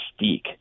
Mystique